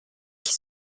qui